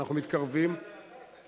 ואנחנו מתקרבים, אני יצאתי להגנתם.